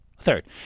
third